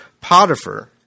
Potiphar